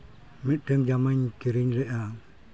ᱢᱤᱫᱴᱟᱹᱝ ᱡᱟᱢᱟᱧ ᱠᱤᱨᱤᱧ ᱞᱮᱜᱼᱟ